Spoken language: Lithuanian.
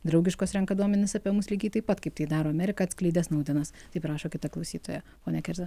draugiškos renka duomenis apie mus lygiai taip pat kaip tai daro amerika atskleidė snaudenas taip rašo kita klausytoja pone kerza